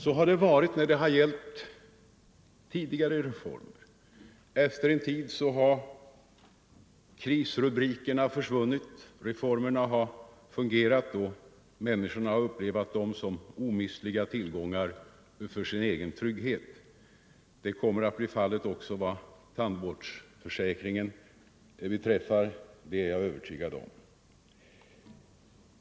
Så har det varit när det gällt tidigare reformer. Efter en tid för tandläkare, har krisrubrikerna försvunnit, reformerna har fungerat och människorna — m.m. har upplevt dem som omistliga tillgångar för sin egen trygghet. Det kommer att bli fallet också med tandvårdsförsäkringen, det är jag övertygad om.